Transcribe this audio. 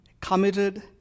committed